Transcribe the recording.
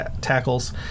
tackles